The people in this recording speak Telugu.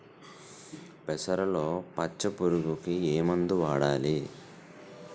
పెసరలో పచ్చ పురుగుకి ఏ మందు వాడాలి?